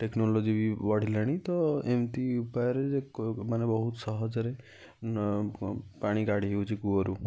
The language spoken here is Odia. ଟେକ୍ନୋଲୋଜି ବି ବଢ଼ିଲାଣି ତ ଏମିତି ଉପାୟରେ ମାନେ ବହୁତ ସହଜରେ ପାଣି କାଢ଼ି ହେଉଛି କୂଅରୁ